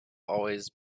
always